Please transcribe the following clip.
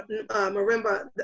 marimba